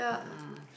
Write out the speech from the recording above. ah